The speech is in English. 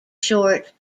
short